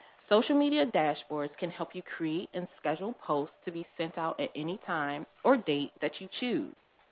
social media dashboards can help you create and schedule posts to be sent out at any time or date that you choose.